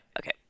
okay